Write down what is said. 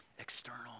external